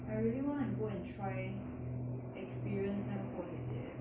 I really want to go and try experience 那个泼水节